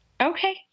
Okay